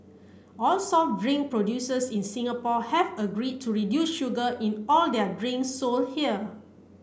all soft drink producers in Singapore have agreed to reduce sugar in all their drink sold here